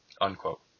unquote